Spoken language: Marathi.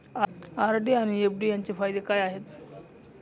आर.डी आणि एफ.डी यांचे फायदे काय आहेत?